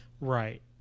Right